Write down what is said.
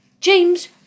James